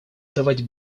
давать